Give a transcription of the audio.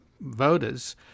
voters